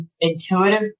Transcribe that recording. intuitive